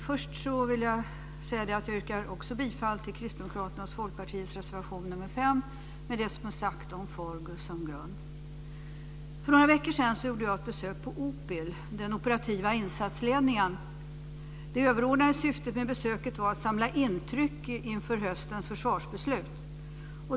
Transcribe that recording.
Fru talman! Först vill jag yrka bifall till Kristdemokraternas och Folkpartiets reservation nr 5 med det som är sagt om FORGUS som grund. För några veckor sedan gjorde jag ett besök på OPIL, Operativa insatsledningen. Det överordnade syftet med besöket var att samla intryck inför höstens försvarsbeslut.